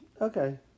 okay